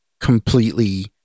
completely